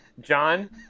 John